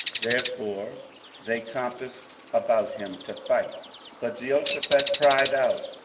therefore they compassed about him to fight but jehoshaphat cried out,